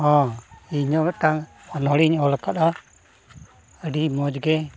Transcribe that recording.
ᱦᱮᱸ ᱤᱧ ᱦᱚᱸ ᱢᱤᱫᱴᱟᱝ ᱚᱱᱚᱬᱦᱮᱧ ᱚᱞ ᱠᱟᱫᱟ ᱟᱹᱰᱤ ᱢᱚᱡᱽ ᱜᱮ